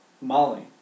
Molly